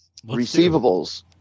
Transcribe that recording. Receivables